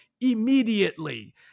immediately